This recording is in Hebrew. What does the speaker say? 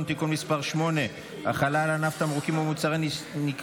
(תיקון מס' 8) (החלה על ענף תמרוקים ומוצרי ניקיון),